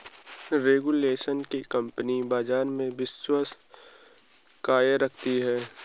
regulation से company बाजार में विश्वास कायम रखती है